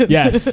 Yes